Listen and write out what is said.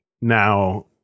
now